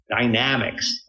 dynamics